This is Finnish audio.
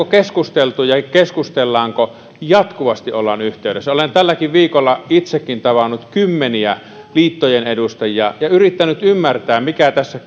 keskusteltu ja keskustellaanko jatkuvasti ollaan yhteydessä olen tälläkin viikolla itsekin tavannut kymmeniä liittojen edustajia ja yrittänyt ymmärtää mikä tässä